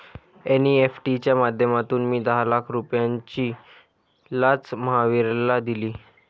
NEFT च्या माध्यमातून मी दहा लाख रुपयांची लाच महावीरला दिली